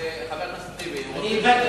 איבדתי